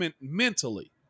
mentally